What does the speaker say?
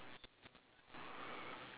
ya it's and now fourteen minute already